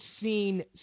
seen